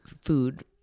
food